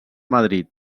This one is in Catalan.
madrid